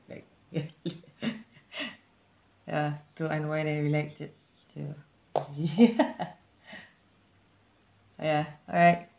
like ya to unwind and relax it's still T_V oh ya alright